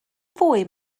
fwy